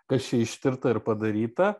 kas čia ištirta ir padaryta